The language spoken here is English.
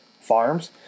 farms